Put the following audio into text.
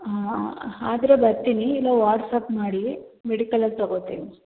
ಹಾಂ ಆದರೆ ಬರ್ತೀನಿ ಇಲ್ಲ ವಾಟ್ಸ್ಆ್ಯಪ್ ಮಾಡಿ ಮೆಡಿಕಲಲ್ಲಿ ತಗೊತೀನಿ